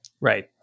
Right